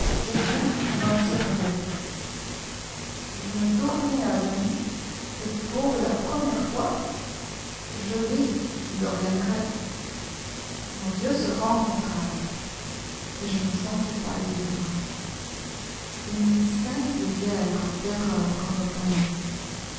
quelqu'un m'observait je me tournai à demi et pour la première fois je vis dorian gray nos yeux se rencontrèrent et je me sentis pâlir une singulière terreur me poignit